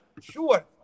Sure